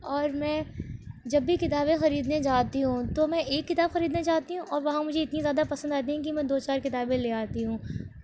اور میں جب بھی کتابیں خریدنے جاتی ہوں تو میں ایک کتاب خریدنے جاتی ہوں اور وہاں مجھے اتنی زیادہ پسند آتی ہیں کہ میں دو چار کتابیں لے آتی ہوں